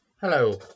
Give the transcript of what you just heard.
Hello